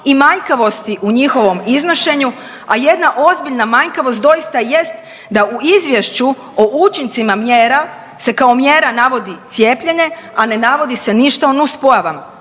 i manjkavosti u njihovom iznošenju, a jedna ozbiljna manjkavost doista jest da u Izvješću o učincima mjera se kao mjera navodi cijepljenje, a ne navodi se ništa o nuspojavama.